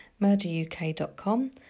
murderuk.com